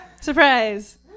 Surprise